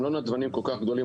הם לא נדבנים כל כך גדולים.